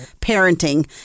parenting